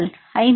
மாணவர் 5 1